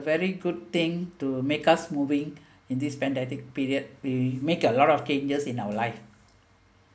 very good thing to make us moving in this pandemic period we make a lot of changes in our life